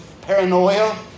paranoia